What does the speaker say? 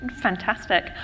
Fantastic